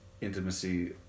intimacy